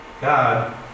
God